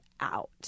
out